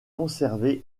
conservé